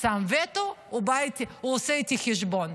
שם וטו, הוא עושה איתי חשבון.